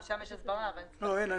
ההסברה.